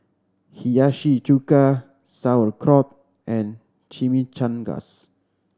Hiyashi Chuka Sauerkraut and Chimichangas